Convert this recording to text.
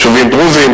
יישובים דרוזיים,